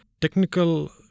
technical